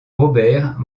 robert